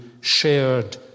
shared